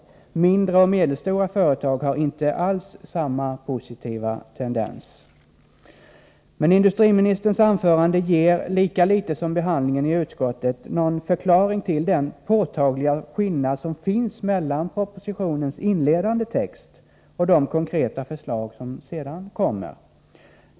Hos mindre och medelstora företag finns inte alls samma positiva tendens. Industriministerns anförande ger lika litet som behandlingen i utskottet någon förklaring till den påtagliga skillnaden mellan propositionens inledande text och de konkreta förslag som sedan kommer.